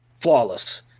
Flawless